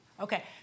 Okay